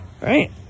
right